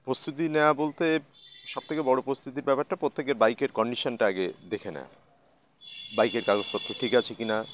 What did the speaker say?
প্রস্তুতি নেওয়া বলতে সবথেকে বড়ো প্রস্তুতির ব্যাপারটা প্রত্যেকের বাইকের কন্ডিশানটা আগে দেখে না বাইকের কাগজপত্র ঠিক আছে কি না